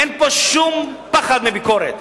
אין פה שום פחד מביקורת,